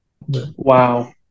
Wow